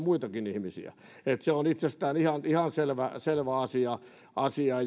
muitakin ihmisiä että se on ihan ihan itsestään selvä asia asia